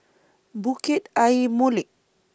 Bukit Ayer Molek